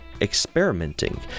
experimenting